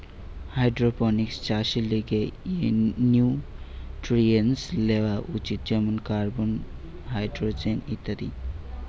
hydroponics চাষের লিগে nutrients লেওয়া উচিত যেমন কার্বন, হাইড্রোজেন ইত্যাদি